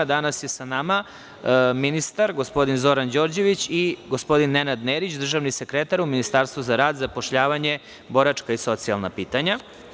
Danas je sa nama ministar, gospodin Zoran Đorđević i gospodin Nenad Nerić, državni sekretar u Ministarstvu za rad, zapošljavanje, boračka i socijalna pitanja.